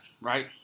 right